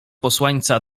posłańca